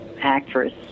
actress